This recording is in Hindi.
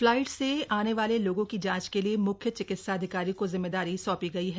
फ्लाइट से आने वाले लोगों की जांच के लिए मुख्य चिकित्सा अधिकारी को जिम्मेदारी सौंपी गई है